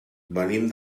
venim